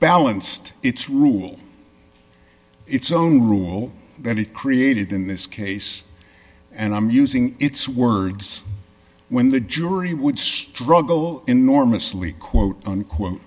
balanced its rule its own rule that it created in this case and i'm using its words when the jury would struggle enormously quote unquote